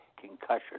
concussion